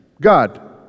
God